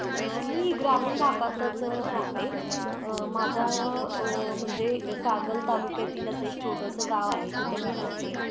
मी ग्रामीण भागातच राहते माझा म्हणजे कागल तालुक्यातील असं एक छोटंसं गाव आहे तिथं मी राहते